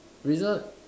Razer